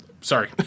sorry